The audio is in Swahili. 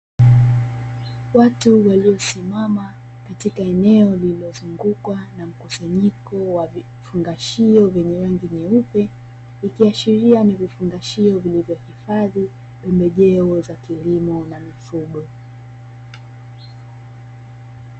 Watu waliosimama katika eneo lililozungukwa na mkusanyiko wa vifungashio, vyenye rangi nyeupe, ikiashiria ni vifungashio vilivyohifadhi pembejeo za kilimo na mifugo.